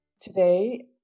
Today